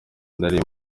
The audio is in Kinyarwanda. nari